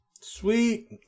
Sweet